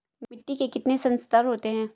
मिट्टी के कितने संस्तर होते हैं?